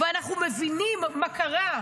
ואנחנו מבינים מה קרה,